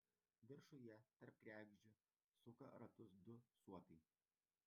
viršuje tarp kregždžių suka ratus du suopiai